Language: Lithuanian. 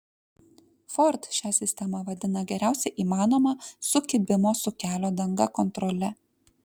ford šią sistemą vadina geriausia įmanoma sukibimo su kelio danga kontrole